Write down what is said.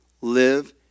live